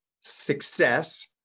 success